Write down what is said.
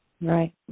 Right